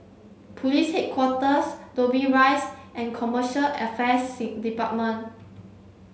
Police Headquarters Dobbie Rise and Commercial Affairs Department